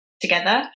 together